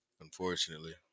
Unfortunately